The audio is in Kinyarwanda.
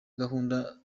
gahunda